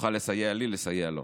שתוכל לסייע לי לסייע לו.